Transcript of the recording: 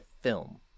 film